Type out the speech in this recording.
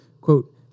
Quote